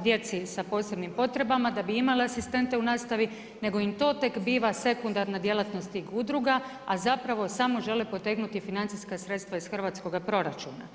djeci s posebnim potrebama, da bi imala asistente u nastavi, nego im to tek biva sekundarna djelatnost tih udruga, a zapravo, samo žele potegnuti financijska sredstva iz hrvatskoga proračuna.